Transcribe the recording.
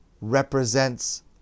represents